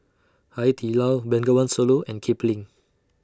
Hai Di Lao Bengawan Solo and Kipling